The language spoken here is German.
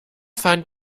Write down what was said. fand